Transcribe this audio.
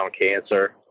cancer